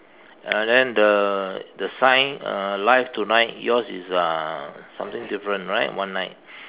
uh then the the sign uh live tonight yours is uh something different right one night